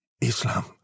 Islam